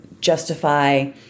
justify